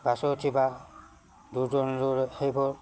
বাছত উঠি বা দূৰ দূৰণিলৈ সেইবোৰ